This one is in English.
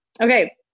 Okay